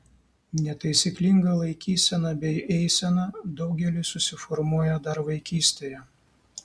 netaisyklinga laikysena bei eisena daugeliui susiformuoja dar vaikystėje